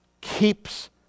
Keeps